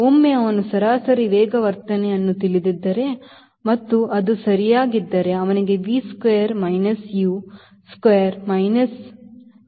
ಒಮ್ಮೆ ಅವನು ಸರಾಸರಿ ವೇಗವರ್ಧನೆಯನ್ನು ತಿಳಿದಿದ್ದರೆ ಮತ್ತು ಅದು ಸರಿಯಾಗಿದ್ದರೆ ಅವನಿಗೆ V square minus U square equal to 2as ಗೆ ಸಮಾನವಾಗಿರುತ್ತದೆ